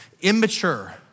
Immature